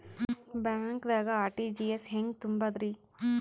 ಬ್ಯಾಂಕ್ದಾಗ ಆರ್.ಟಿ.ಜಿ.ಎಸ್ ಹೆಂಗ್ ತುಂಬಧ್ರಿ?